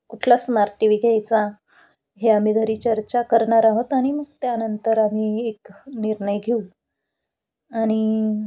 कुठला smart TV घ्यायचा हे आम्ही घरी चर्चा करणार आहोत आणि मग त्यानंतर आम्ही एक निर्णय घेऊ आणि